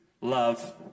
love